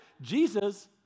Jesus